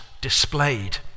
displayed